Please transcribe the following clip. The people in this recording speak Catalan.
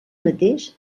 mateix